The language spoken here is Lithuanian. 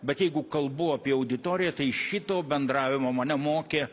bet jeigu kalbu apie auditoriją tai šito bendravimo mane mokė